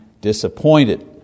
disappointed